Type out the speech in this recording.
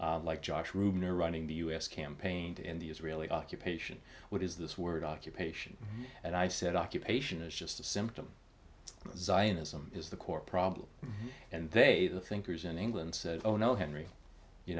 activists like josh rubin are running the u s campaign to end the israeli occupation what is this word occupation and i said occupation is just a symptom zionism is the core problem and they the thinkers in england said oh no henry you